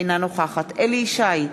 אינה נוכחת אליהו ישי,